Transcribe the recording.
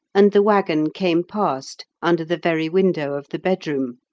and the waggon came past under the very window of the bedroom.